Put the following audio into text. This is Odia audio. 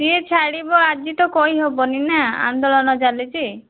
ସିଏ ଛାଡ଼ିବ ଆଜି ତ କହି ହେବନି ନା ଆନ୍ଦୋଳନ ଚାଲିଛି